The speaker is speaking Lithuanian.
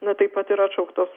na taip pat ir atšauktos